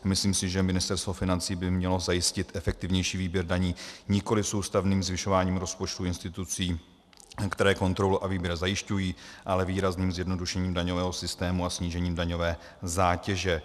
Myslím si, že Ministerstvo financí by mělo zajistit efektivnější výběr daní nikoliv soustavným zvyšováním rozpočtu institucím, které kontrolu a výběr zajišťují, ale výrazným zjednodušením daňového systému a snížením daňové zátěže.